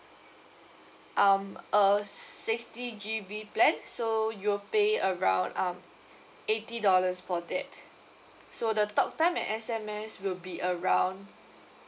um a sixty G_B plan so you'll pay around um eighty dollars for that so the talk time and S_M_S will be around